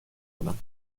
بودم